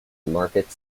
market